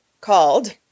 called